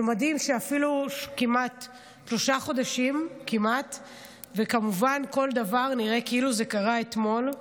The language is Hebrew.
זה מדהים שאפילו אחרי כמעט שלושה חודשים כל דבר נראה כאילו קרה אתמול.